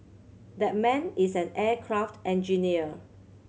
that man is an aircraft engineer